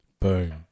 Boom